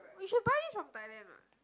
we should buy this from thailand what